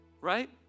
Right